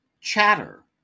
Chatter